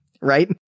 right